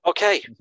Okay